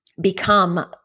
become